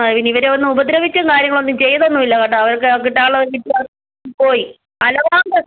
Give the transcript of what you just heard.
ആ പിന്നെ ഇവരെയൊന്നും ഉപദ്രവിക്കുകയും കാര്യങ്ങളും ഒന്നും ചെയ്തൊന്നുമില്ല കേട്ടോ അവർക്ക് കിട്ടാനുള്ളത് കിട്ടി പോയി അലവാങ്ക്